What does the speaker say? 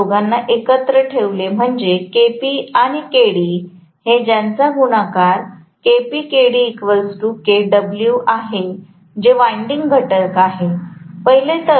म्हणून या दोघांना एकत्र ठेवले म्हणजे Kp आणि Kd हे ज्याचा गुणाकार आहे जे वाइंडिंग घटक आहे